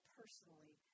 personally